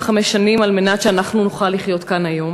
שנים על מנת שאנחנו נוכל לחיות כאן היום,